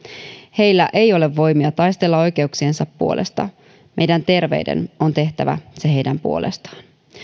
heillä ei ole voimia taistella oikeuksiensa puolesta meidän terveiden on tehtävä se heidän puolestaan